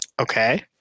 Okay